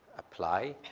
apply.